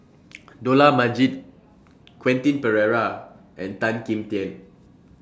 Dollah Majid Quentin Pereira and Tan Kim Tian